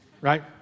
right